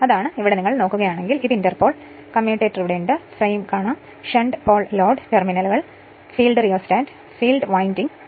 അതിനാൽ ഇവിടെ നിങ്ങൾ നോക്കുകയാണെങ്കിൽ ഇത് ഇന്റർ പോളാണ് കമ്മ്യൂട്ടേറ്റർ ഉണ്ട് ഇതാണ് ഫ്രെയിം ഇതാണ് ഷണ്ട് പോൾ ലോഡ് ടെർമിനലുകൾ ഫീൽഡ് റിയോസ്റ്റാറ്റ് ഫീൽഡ് വൈൻഡിംഗ്